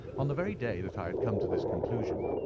on the very day that i had come to this conclusion,